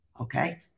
Okay